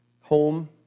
Home